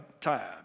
time